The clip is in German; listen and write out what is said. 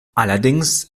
allerdings